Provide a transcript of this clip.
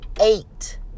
eight